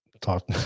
Talk